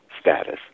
status